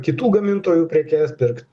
kitų gamintojų prekes pirkt